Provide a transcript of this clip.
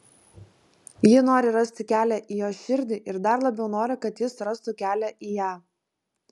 ji nori rasti kelią į jo širdį ir dar labiau nori kad jis rastų kelią į ją